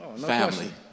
family